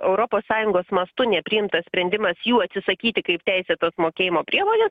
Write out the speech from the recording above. europos sąjungos mastu nepriimtas sprendimas jų atsisakyti kaip teisėtos mokėjimo priemonės